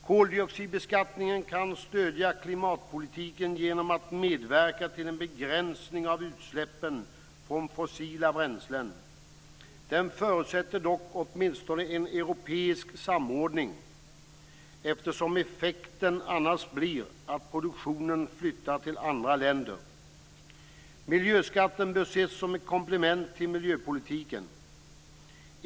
Koldioxidbeskattningen kan stödja klimatpolitiken genom att medverka till en begränsning av utsläppen från fossila bränslen. Den förutsätter dock åtminstone en europeisk samordning eftersom effekten annars blir att produktionen flyttar till andra länder. Miljöskatterna bör ses som ett komplement till miljöpolitiken.